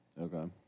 Okay